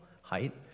height